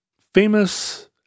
famous